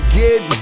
get